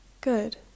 Good